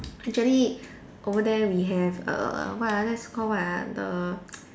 actually over there we have err what ah that's called what ah the